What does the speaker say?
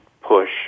push